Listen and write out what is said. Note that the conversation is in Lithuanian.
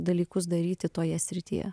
dalykus daryti toje srityje